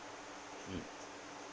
mm